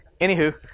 Anywho